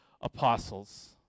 apostles